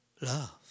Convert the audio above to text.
Love